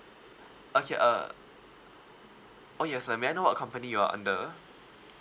okay uh oh yes uh I may I know what company you are under